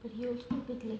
rio is stupid like